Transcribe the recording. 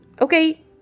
Okay